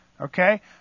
Okay